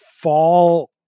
fall